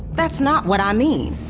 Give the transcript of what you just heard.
that's not what i mean